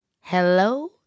hello